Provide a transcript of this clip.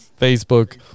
Facebook